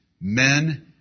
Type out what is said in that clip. men